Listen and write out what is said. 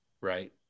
right